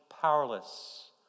powerless